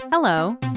Hello